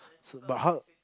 so but how